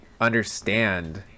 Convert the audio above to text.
understand